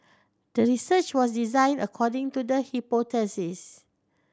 the research was designed according to the hypothesis